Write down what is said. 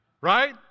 right